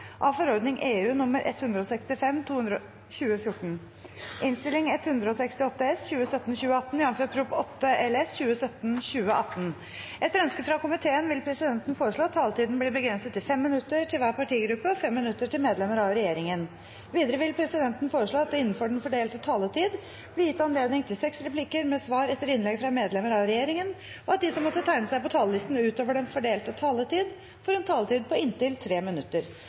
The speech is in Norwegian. av regjeringen. Videre vil presidenten foreslå at det – innenfor den fordelte taletid – blir gitt anledning til seks replikker med svar etter innlegg fra medlemmer av regjeringen, og at de som måtte tegne seg på talerlisten utover den fordelte taletid, får en taletid på inntil 3 minutter.